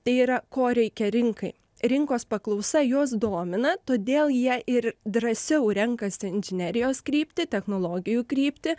tai yra ko reikia rinkai rinkos paklausa juos domina todėl jie ir drąsiau renkasi inžinerijos kryptį technologijų kryptį